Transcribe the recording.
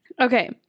okay